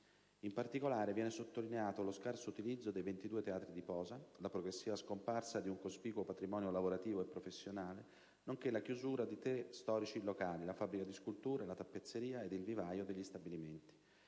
In particolare, viene sottolineato lo scarso utilizzo dei 22 teatri di posa, la progressiva scomparsa di un cospicuo patrimonio lavorativo e professionale, nonché la chiusura di tre storici locali degli stabilimenti: la fabbrica di sculture, la tappezzeria ed il vivaio. Altre riferite